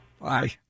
Bye